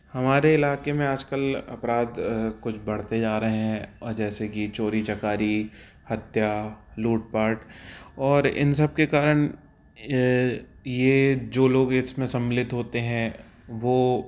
हमारे इलाक़े में आज कल अपराध कुछ बढ़ते जा रहे हैं और जैसे की चोरी चकारी हत्या लूटपाट और इन सब के कारण यह ये जो लोग इस में सम्मिलित होते हैं वो